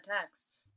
texts